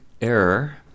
error